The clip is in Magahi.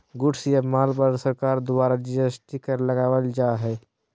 गुड्स या माल पर सरकार द्वारा जी.एस.टी कर लगावल जा हय